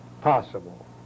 possible